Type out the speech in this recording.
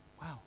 Wow